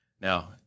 Now